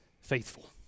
faithful